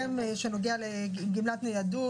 כל הדבר שהתקדמנו,